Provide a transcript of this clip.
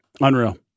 Unreal